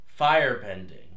Firebending